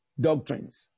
doctrines